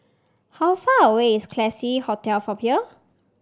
how far away is Classique Hotel from here